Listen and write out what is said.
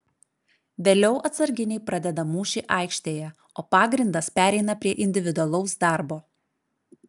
vėliau atsarginiai pradeda mūšį aikštėje o pagrindas pereina prie individualaus darbo